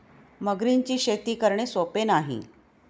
मगरींची शेती करणे सोपे नाही